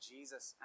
Jesus